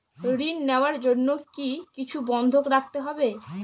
ঋণ নেওয়ার জন্য কি কিছু বন্ধক রাখতে হবে?